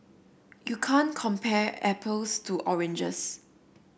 you can't compare apples to oranges